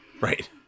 Right